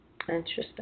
Interesting